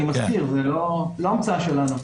וזאת לא המצאה שלנו.